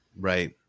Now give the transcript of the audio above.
Right